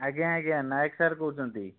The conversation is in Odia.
ଆଜ୍ଞା ଆଜ୍ଞା ନାୟକ ସାର୍ କହୁଛନ୍ତି